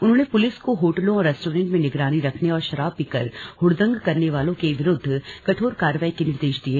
उन्होंने पुलिस को होटलों और रेस्टोरेंटों में निगरानी रखने और शराब पीकर हुड़दंग करने वालों के विरूद्व कठोर कार्रवाई के निर्देश दिये